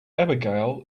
abigail